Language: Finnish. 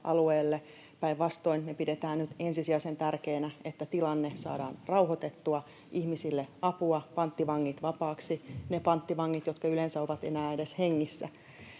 alueelle, päinvastoin. Me pidetään nyt ensisijaisen tärkeänä, että tilanne saadaan rauhoitettua, ihmisille apua, panttivangit vapaaksi — ne panttivangit, jotka yleensä ovat enää edes hengissä